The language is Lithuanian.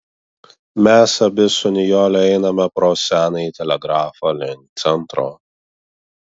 mes abi su nijole einame pro senąjį telegrafą link centro